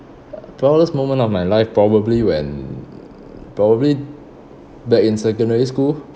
proudest moment of my life probably when probably back in secondary school